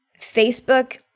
Facebook